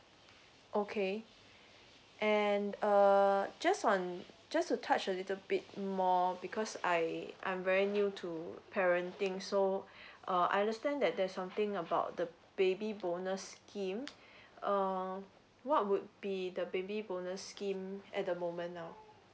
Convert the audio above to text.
okay and uh just one just to touch a little bit more because I I'm very new to parenting so uh I understand that there's something about the baby bonus scheme um what would be the baby bonus scheme at the moment now